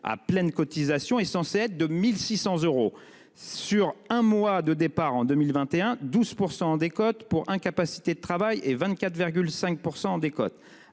à pleine cotisation est censé être de 1 600 euros- sur un mois de départ en 2021, 12 % en décote pour incapacité de travail et 24,5 % en décote.